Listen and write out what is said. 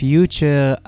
Future